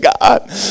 God